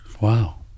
Wow